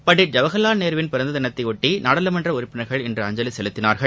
பண்டிட் ஜவஹர்லால் நேருவின் பிறந்த தினத்தையொட்டி நாடாளுமன்ற உறுப்பினர்கள் இன்று அஞ்சலி செலுத்தினார்கள்